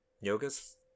yoga's